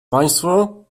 państwo